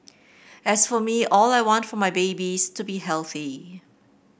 as for me all I want for my babies to be healthy